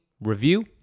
Review